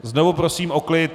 Znovu prosím o klid.